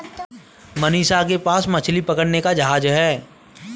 मनीष के पास मछली पकड़ने का जहाज है